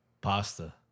Pasta